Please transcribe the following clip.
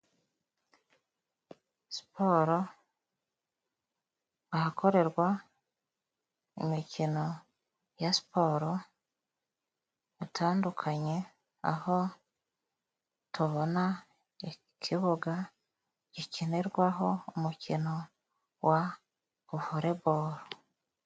Siporo, ahakorerwa imikino ya siporo itandukanye, aho tubona ikibuga gikinirwaho umukino wa volebolo.